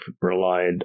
relied